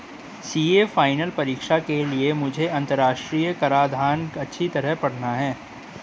CA final परीक्षा के लिए मुझे अंतरराष्ट्रीय कराधान अच्छी तरह पड़ना है